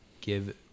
give